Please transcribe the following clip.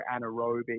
anaerobic